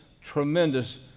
tremendous